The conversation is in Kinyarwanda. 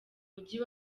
mujyi